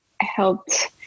helped